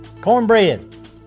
Cornbread